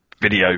video